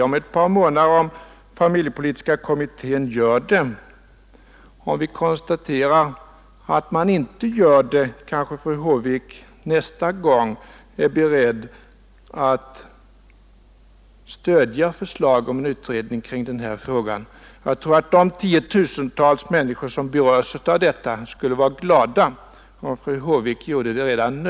Om ett par månader får vi se om familjepolitiska kommittén gör det. Om vi då konstaterar att familjepolitiska kommittén inte ger oss någon lösning, kanske fru Håvik nästa gång är beredd att stödja förslag om en utredning om den här frågan. De 100 000-tals människor, som berörs av denna fråga, skulle vara glada om fru Håvik gör det redan nu.